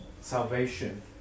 salvation